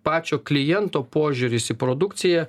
pačio kliento požiūris į produkciją